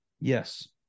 Yes